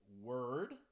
word